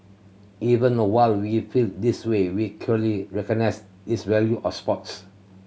even while we feel this way we clearly recognise this value of sports